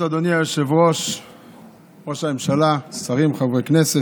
כנסת, האמת,